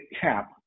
cap